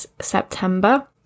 September